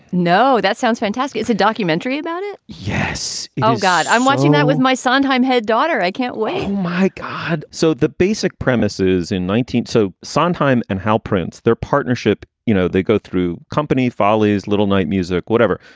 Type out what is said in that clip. no. that sounds fantastic. it's a documentary about it. yes. oh, god. i'm watching now with my sondheim head daughter. i can't wait. my god so the basic premise is in nineteen. so sondheim and how prince, their partnership, you know, they go through company follies, a little night music, whatever.